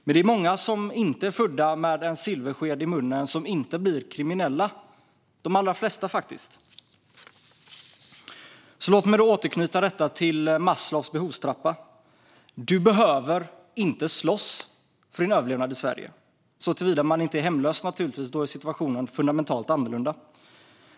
Men det är många som inte är födda med en silversked i mun som inte blir kriminella - faktiskt de allra flesta. Låt mig återknyta till Maslows behovstrappa. Man behöver inte slåss för sin överlevnad i Sverige, såvida man inte är hemlös. Då är situationen fundamentalt annorlunda.